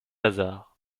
hasards